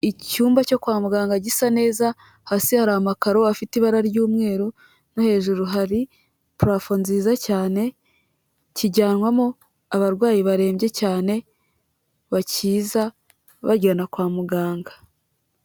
Icyumba cyo kwa muganga gisa neza, hasi hari amakaro afite ibara ry'umweru no hejuru hari purafo nziza cyane, kijyanwamo abarwayi barembye cyane bakiza bajyena kwa muganga.